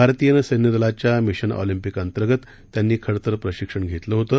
भारतीय सैन्य दलाच्या मिशन ऑलंपिक अंतर्गत त्यांनी खडतर प्रशिक्षण घेतलं होतं